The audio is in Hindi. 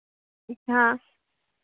हाँ